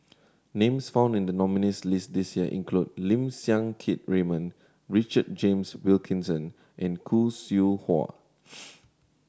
names found in the nominees' list this year include Lim Siang Keat Raymond Richard James Wilkinson and Khoo Seow Hwa